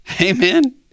Amen